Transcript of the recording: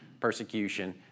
persecution